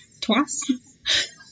twice